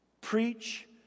Preach